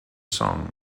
song